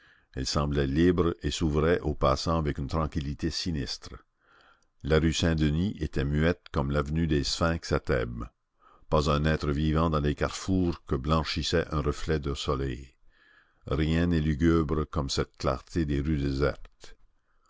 elle semblait libre et s'ouvrait aux passants avec une tranquillité sinistre la rue saint-denis était muette comme l'avenue des sphinx à thèbes pas un être vivant dans les carrefours que blanchissait un reflet de soleil rien n'est lugubre comme cette clarté des rues désertes